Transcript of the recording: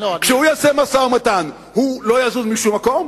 כשהוא יעשה משא-ומתן הוא לא יזוז משום מקום?